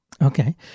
Okay